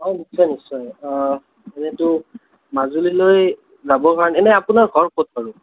অঁ নিশ্চয় নিশ্চয় এনে মাজুলীলৈ যাবৰ বাবে এনে আপোনাৰ ঘৰ ক'ত নো